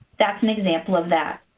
that's an example of that.